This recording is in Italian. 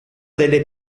delle